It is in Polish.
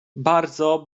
bardzo